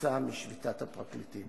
כתוצאה משביתת הפרקליטים.